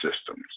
Systems